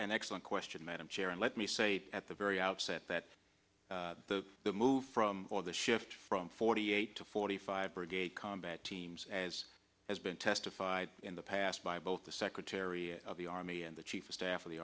and excellent question madam chair and let me say at the very outset that the move from the shift from forty eight to forty five brigade combat teams as has been testified in the past by both the secretary of the army and the chief of staff of the